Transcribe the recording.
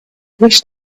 wished